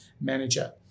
manager